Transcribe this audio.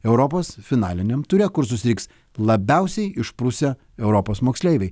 europos finaliniam ture kur susitiks labiausiai išprusę europos moksleiviai